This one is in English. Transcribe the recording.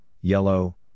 yellow